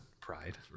Pride